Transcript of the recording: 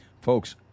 Folks